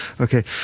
Okay